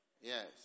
Yes